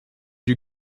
you